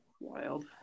Wild